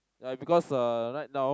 ah because uh right now